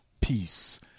peace